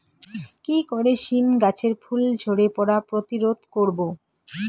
কি করে সীম গাছের ফুল ঝরে পড়া প্রতিরোধ করব?